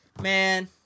Man